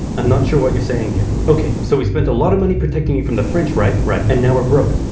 i'm not sure what you're saying here. okay. so, we spent a lot of money protecting you from the french, right? right. and now we're broke.